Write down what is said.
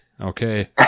Okay